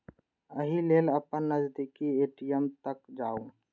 एहि लेल अपन नजदीकी ए.टी.एम तक जाउ